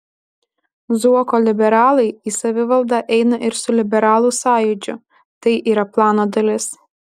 zuoko liberalai į savivaldą eina ir su liberalų sąjūdžiu tai yra plano dalis